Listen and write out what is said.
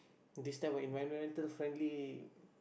this type of environmental friendly